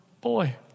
boy